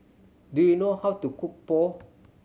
do you know how to cook Pho